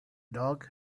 dog